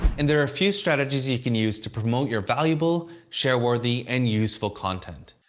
and there are a few strategies you can use to promote your valuable, shareworthy, and useful content.